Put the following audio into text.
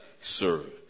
serve